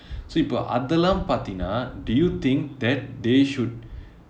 so இப்போ அதெல்லாம் பார்த்தினா:ippo athellaam paarthinaa do you think that they should